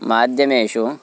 माध्यमेषु